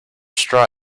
straw